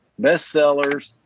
bestsellers